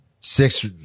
six